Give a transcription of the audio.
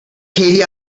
katie